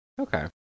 Okay